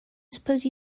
suppose